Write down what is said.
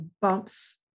bumps